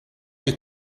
you